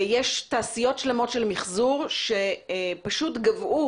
יש תעשיות שלמות של מיחזור שפשוט גוועו